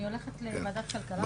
אני הולכת לוועדת כלכלה.